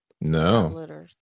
no